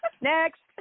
Next